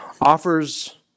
offers